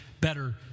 better